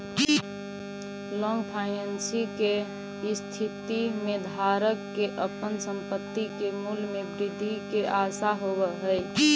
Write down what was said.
long finance के स्थिति में धारक के अपन संपत्ति के मूल्य में वृद्धि के आशा होवऽ हई